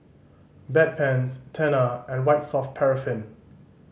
Bedpans Tena and White Soft Paraffin